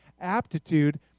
aptitude